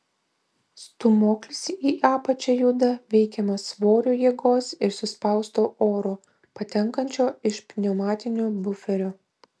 stūmoklis į apačią juda veikiamas svorio jėgos ir suspausto oro patenkančio iš pneumatinio buferio